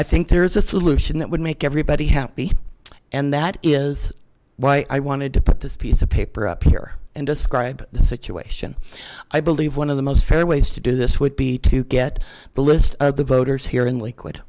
i think there is a solution that would make everybody happy and that is why i wanted to put this piece of paper up here and describe the situation i believe one of the most fair ways to do this would be to get the list of the voters here in l